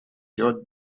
your